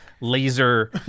laser